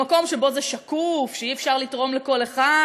במקום שבו זה שקוף, שאי-אפשר לתרום לכל אחד,